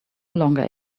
longer